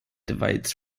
divides